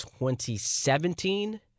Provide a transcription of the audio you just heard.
2017